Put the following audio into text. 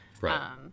Right